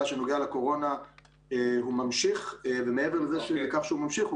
שנוגע לקורונה ממשיך ומעבר לכך שהוא ממשיך,